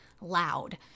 loud